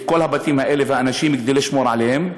את כל הבתים האלה והאנשים כדי לשמור עליהם,